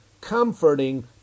comforting